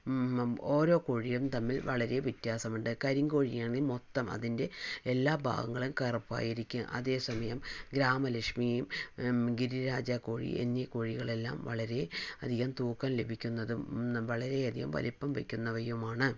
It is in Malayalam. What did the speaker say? ഓരോ കോഴിയും തമ്മിൽ വളരെ വ്യത്യാസമുണ്ട് കരിംകോഴിയണേൽ മൊത്തം അതിൻ്റെ എല്ലാ ഭാഗങ്ങളും കറുപ്പായിരിക്കും അതേ സമയം ഗ്രാമലക്ഷ്മി ഗിരിരാജ കോഴി എന്നീ കോഴികളെല്ലാം വളരെ അധികം തൂക്കം ലഭിക്കുന്നതും വളരെ അധികം വലിപ്പം വക്കുന്നവയുമാണ്